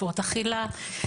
הפרעות אכילה,